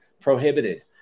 prohibited